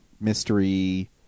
mystery